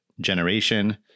Generation